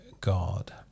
God